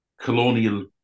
colonial